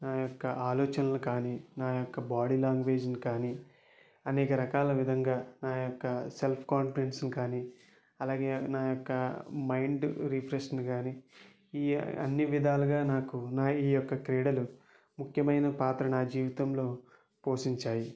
నాయొక్క ఆలోచనలు కానీ నాయొక్క బాడీ లాంగ్వేజ్ని కానీ అనేక రకాల విధంగా నాయొక్క సెల్ఫ్ కాన్ఫిడెన్సుని కానీ అలాగే నాయొక్క మైండ్ రిఫ్రెష్ని కానీ ఈ అన్నీ విధాలుగా నాకు నా ఈయొక్క క్రీడలు ముఖ్యమైన పాత్ర నా జీవితంలో పోషించాయి